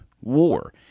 war